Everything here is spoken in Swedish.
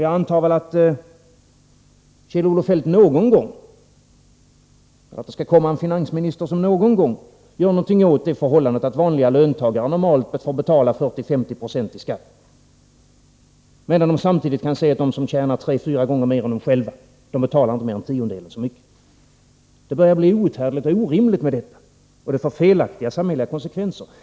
Jag antar att det skall komma en finansminister som någon gång gör någonting åt förhållandet att vanliga löntagare normalt får betala 40—50 26 i skatt, medan de samtidigt kan se att de som tjänar tre fyra gånger mer än de själva inte betalar mer än tiondelen så mycket. Detta börjar bli outhärdligt och orimligt. Och det får felaktiga samhälleliga konsekvenser.